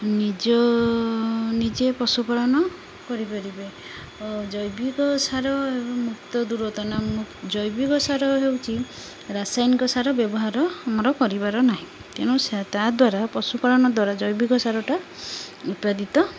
ନିଜ ନିଜେ ପଶୁପାଳନ କରିପାରିବେ ଓ ଜୈବିକ ସାର ମୁକ୍ତ ଦୂରତ ନା ଜୈବିକ ସାର ହେଉଛି ରାସାୟନିକ ସାର ବ୍ୟବହାର ଆମର କରିବାର ନାହିଁ ତେଣୁ ତାଦ୍ୱାରା ପଶୁପାଳନ ଦ୍ୱାରା ଜୈବିକ ସାରଟା ଉତ୍ପାଦିତ